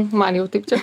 man jau taip čia